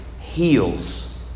heals